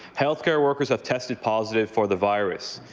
health care workers have tested positive for the virus.